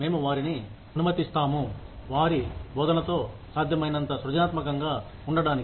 మేము వారిని అనుమతించాము వారి బోధనతో సాధ్యమైనంత సృజనాత్మకంగా ఉండండి